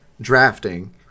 drafting